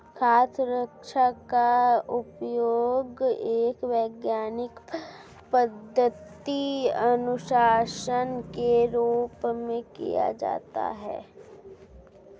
खाद्य सुरक्षा का उपयोग एक वैज्ञानिक पद्धति अनुशासन के रूप में किया जाता है